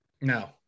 No